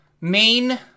main